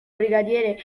brigadiere